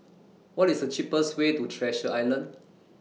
What IS The cheapest Way to Treasure Island